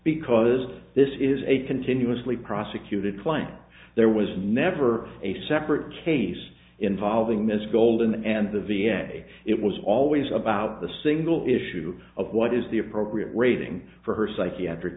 because this is a continuously prosecuted claim there was never a separate case involving ms goldman and the v a it was always about the single issue of what is the appropriate rating for her psychiatric